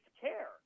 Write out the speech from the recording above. care